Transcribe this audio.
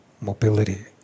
mobility